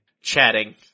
chatting